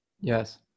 yes